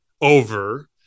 over